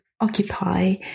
occupy